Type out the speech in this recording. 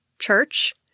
church